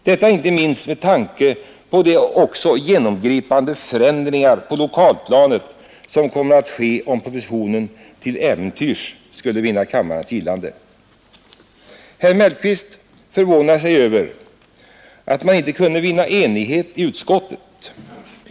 Detta inte minst med tanke på de genomgripande förändringar på lokalplanet som kommer att ske om propositionen till äventyrs skulle vinna kammarens gillande. Herr Mellqvist förvånar sig över att man inte kunde vinna enighet i utskottet.